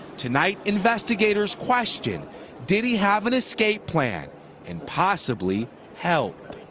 tonight investigators question did he have an escape plan and possibly help?